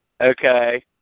Okay